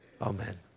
amen